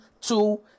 two